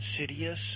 Insidious